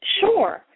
Sure